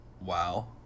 wow